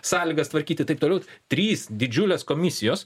sąlygas tvarkyti taip toliau trys didžiulės komisijos